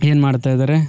ಏನ್ಮಾಡ್ತಾಯಿದ್ದಾರೆ